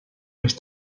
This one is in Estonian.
mis